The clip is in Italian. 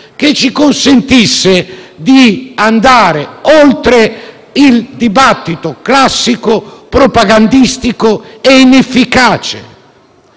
che ci consentisse di andare oltre il classico dibattito propagandistico e inefficace,